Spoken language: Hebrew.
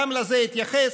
אני גם לזה אתייחס.